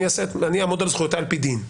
אני אעמוד על זכויותיי על פי דין.